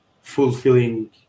fulfilling